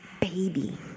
baby